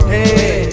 Hey